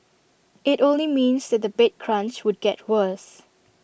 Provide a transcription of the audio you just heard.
IT only means that the bed crunch would get worse